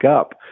up